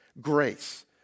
grace